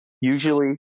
Usually